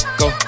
go